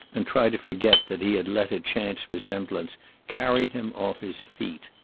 and try to forget that he had let a chance resemblance carry him off his feet.